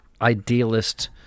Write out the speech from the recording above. idealist